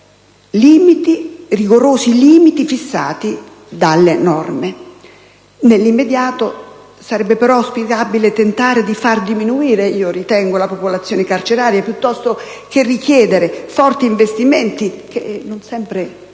nei rigorosi limiti fissati dalle norme. Nell'immediato, sarebbe però auspicabile tentare di far diminuire la popolazione carceraria piuttosto che chiedere forti investimenti, che non sempre